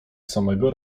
samego